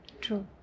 True